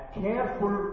careful